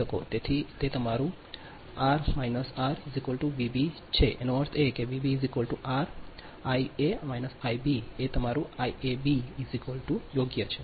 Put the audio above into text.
તેથી તે તમારું હું આર આર વાબ છે તેનો અર્થ એ છે કે વાબ આર હું હું તે તમારું આઈએબી યોગ્ય છે